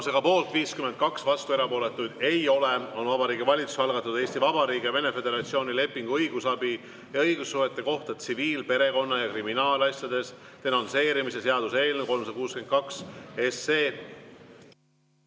52, vastu ja erapooletuid ei ole, on Vabariigi Valitsuse algatatud Eesti Vabariigi ja Vene Föderatsiooni lepingu õigusabi ja õigussuhete kohta tsiviil-, perekonna- ja kriminaalasjades denonsseerimise seaduse eelnõu 362